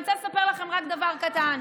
אני רוצה לספר לכם רק דבר קטן.